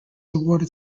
awarded